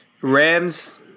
Rams